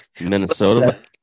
Minnesota